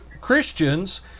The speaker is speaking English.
Christians